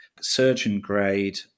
surgeon-grade